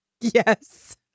Yes